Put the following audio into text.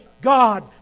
God